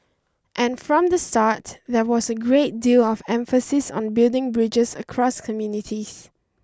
and from the start there was a great deal of emphasis on building bridges across communities